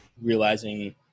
realizing